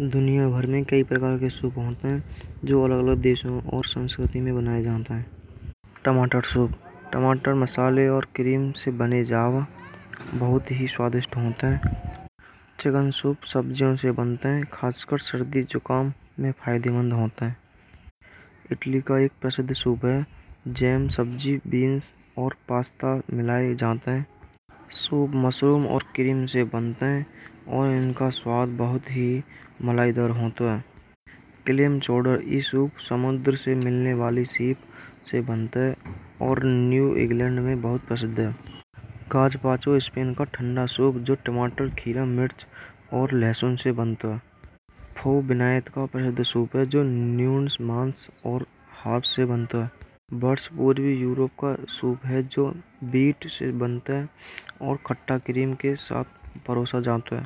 दुनिया भर में कई प्रकार के सुकून होता है, जो अलग-अलग देशों और संस्कृति में बनाए जाता है। टमाटर, सूप, टमाटर मसाले और क्रीम से बने जाओ बहुत ही स्वादिष्ट होता है। जगन सूप सब्जियों से बनता है, खासकर सर्दी जुकाम अपने फायदे मंद होता है। इटली का एक प्रसिद्ध शौक है जाम। सब्जी, बीन्स और पास्ता मिलाये जाता है। सुबह मशरूम और क्रीम से बनता है। और इनका स्वाद बहुत ही मलाईदार हूँ तो क्लेम जोड़ और इस समुद्र से मिले वाली सी से बनता है। और न्यू इंग्लैंड में बहुत पसंद है। काँच पाँचों स्पिन का ठंडा शौक जो टमाटर खे़ला मिर्च और लहसुन से बनता है। विनायक को न मांस और हाथ से बनता है। बर्ड्स को भी यूरोप का शौक है जो नीट से बनता है और खट्टा क्रीम के साथ परोसा जाता है,